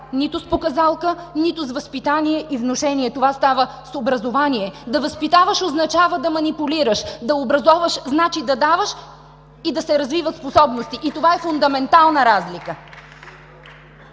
нито с показалка, нито с възпитание и внушение. Това става с образование. Да възпитаваш означава да манипулираш. Да образоваш значи да даваш и да се развиват способности. И това е фундаментална разлика!